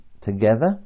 together